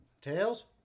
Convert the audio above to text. Tails